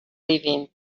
leaving